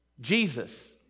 Jesus